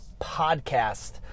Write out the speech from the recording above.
podcast